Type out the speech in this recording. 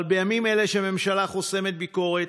אבל בימים אלה, כשהממשלה חוסמת ביקורת,